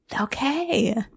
Okay